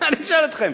אני שואל אתכם,